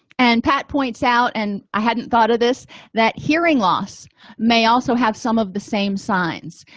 and pat points out and i hadn't thought of this that hearing loss may also have some of the same signs